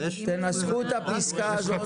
תנסחו את הפסקה הזאת.